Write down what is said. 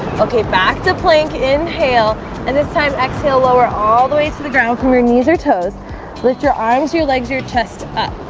okay back to plank inhale and this time exhale lower all the way to the ground come your knees or toes lift your arms your legs your chest up.